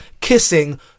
kissing